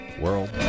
world